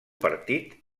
partit